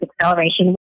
acceleration